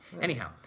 anyhow